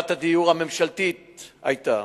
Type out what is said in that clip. עמדת הדיור הממשלתי היתה